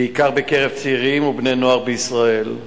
בעיקר בקרב צעירים ובני-נוער בישראל.